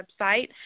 website